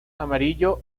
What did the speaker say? amarillo